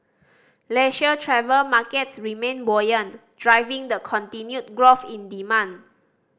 leisure travel markets remained buoyant driving the continued growth in demand